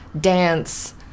dance